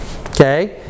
Okay